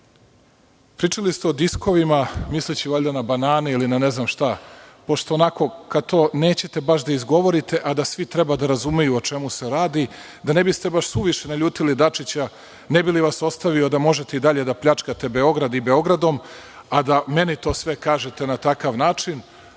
ste o diskovima, misleći valjda na banane i ne znam šta. Pošto, onako, kad to nećete baš da izgovorite a da svi treba da razumeju o čemu se radi, da ne biste suviše naljutili Dačića, ne bi li vas ostavio i dalje da pljačkate Beograd i Beogradom a da meni to kažete na takav način,